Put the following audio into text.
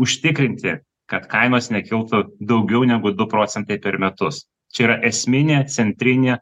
užtikrinti kad kainos nekiltų daugiau negu du procentai per metus čia yra esminė centrinė